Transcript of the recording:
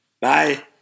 Bye